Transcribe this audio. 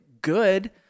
good